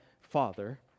Father